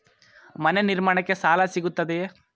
ಮನೆ ನಿರ್ಮಾಣಕ್ಕೆ ಸಾಲ ಸಿಗುತ್ತದೆಯೇ?